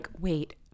wait